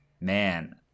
man